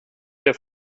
der